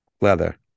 Leather